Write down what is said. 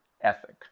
ethic